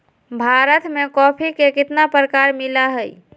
भारत में कॉफी के कितना प्रकार मिला हई?